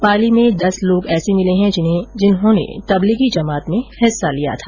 पाली में भी दस ऐसे लोग मिले है जिन्होंने तबलीगी जमात में हिस्सा लिया था